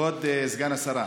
כבוד סגן השרה.